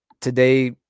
Today